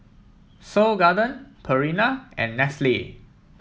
Seoul Garden Purina and Nestle